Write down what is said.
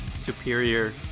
superior